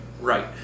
right